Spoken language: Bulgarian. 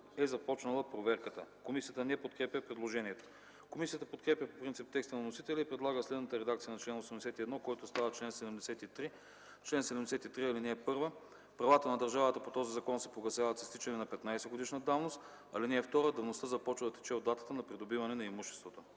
е започнала проверката.” Комисията не подкрепя предложението. Комисията подкрепя по принцип текста на вносителя и предлага следната редакция на чл. 81, който става чл. 73: „Чл. 73. (1) Правата на държавата по този закон се погасяват с изтичането на 15-годишна давност. (2) Давността започва да тече от датата на придобиване на имуществото.”